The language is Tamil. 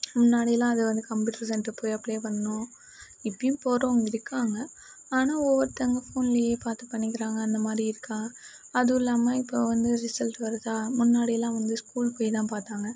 முன்னாடிலான் அது வந்து கம்ப்யூட்டரு சென்ட்ரு போய் அப்ளை பண்ணும் இப்பயும் போறவங்க இருக்காங்க ஆனால் ஒவ்வொருத்தவங்க ஃபோன்லயே பார்த்து பண்ணிக்கிறாங்க அந்தமாதிரி இருக்கா அதுவும் இல்லாமல் இப்போ வந்து ரிசல்ட்டு வருதா முன்னாடிலான் வந்து ஸ்கூலுக்கு போய்தான் பார்த்தாங்க